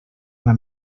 una